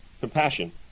compassion